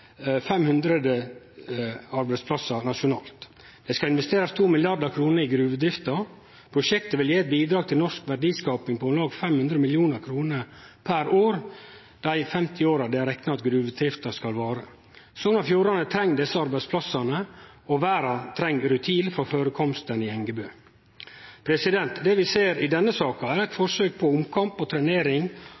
500 arbeidsplassar nasjonalt. Det skal investerast 2 mrd. kr i gruvedrifta. Prosjektet vil gje eit bidrag til norsk verdiskaping på om lag 500 mill. kr per år dei 50 åra ein reknar at gruvedrifta skal vare. Sogn og Fjordane treng desse arbeidsplassane, og verda treng rutil frå førekomstane i Engebø. Det vi ser i denne saka, er eit forsøk på omkamp og trenering